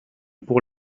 pour